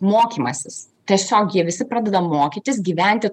mokymasis tiesiog jie visi pradeda mokytis gyventi